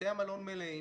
בתי המלון מלאים.